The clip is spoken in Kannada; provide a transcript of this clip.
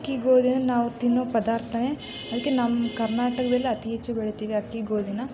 ಅಕ್ಕಿ ಗೋಧಿನ ನಾವು ತಿನ್ನೋ ಪದಾರ್ಥನೇ ಅದ್ಕೆ ನಮ್ಮ ಕರ್ನಾಟಕದಲ್ಲಿ ಅತಿ ಹೆಚ್ಚು ಬೆಳಿತೀವಿ ಅಕ್ಕಿ ಗೋಧಿನ